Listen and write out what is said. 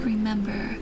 Remember